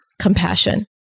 compassion